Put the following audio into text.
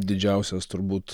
didžiausias turbūt